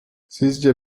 sizce